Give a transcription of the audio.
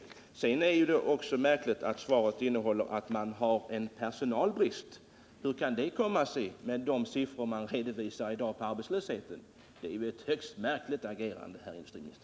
Sedan är det också märkligt att svaret innehåller en uppgift om att företaget har personalbrist. Hur kan det komma sig med de siffror som redovisas i dag för arbetslösheten? Det är ett högst märkligt agerande, herr industriminister.